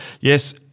yes